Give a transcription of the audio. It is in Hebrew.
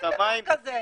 אין דבר כזה.